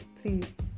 please